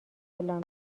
اعلام